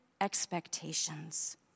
expectations